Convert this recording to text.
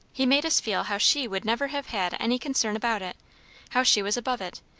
he made us feel how she would never have had any concern about it how she was above it,